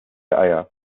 eier